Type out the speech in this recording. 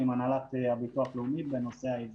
עם הנהלת הביטוח הלאומי בנושא העזרה.